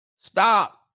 Stop